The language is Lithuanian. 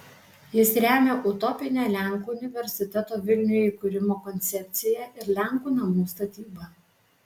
jis remia utopinę lenkų universiteto vilniuje įkūrimo koncepciją ir lenkų namų statybą